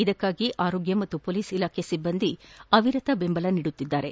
ಇದಕ್ಕಾಗಿ ಆರೋಗ್ಯ ಮತ್ತು ಹೊಲೀಸ್ ಇಲಾಖೆಯ ಸಿಬ್ಬಂದಿ ಅವಿರತ ಬೆಂಬಲ ನೀಡುತ್ತಿದ್ದಾರೆ